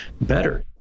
better